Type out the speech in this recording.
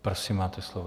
Prosím, máte slovo.